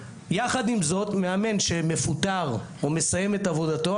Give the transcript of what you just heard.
יחד עם זאת מאמן שמפוטר או מסיים את עבודתו,